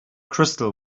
crystal